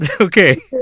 Okay